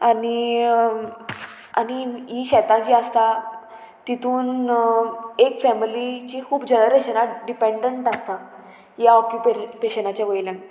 आनी आनी हीं शेतां जीं आसता तितून एक फॅमिलीची खूब जनरेशनां डिपेडंट आसता ह्या ऑक्युपेशनाच्या वयल्यान